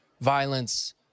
violence